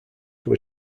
were